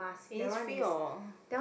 Innisfree or